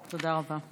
תודה רבה.